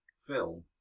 film